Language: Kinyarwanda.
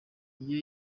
iyo